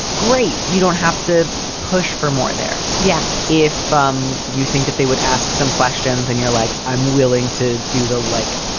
great. you don't have to push for more there. yeah if ah you think that they would ask some questions and you're like, i'm willing to do the like.